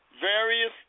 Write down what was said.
Various